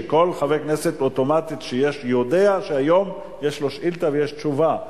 שכל חבר כנסת אוטומטית יודע שהיום יש לו שאילתא ויש תשובה,